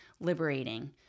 liberating